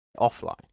offline